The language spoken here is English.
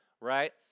right